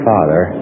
Father